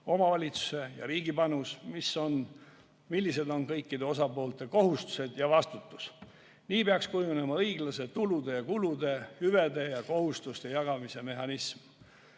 omavalitsuse ja riigi panus, millised on kõikide osapoolte kohustused ja vastutus. Nii peaks kujunema õiglase tulude ja kulude, hüvede ja kohustuste jagamise